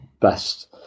Best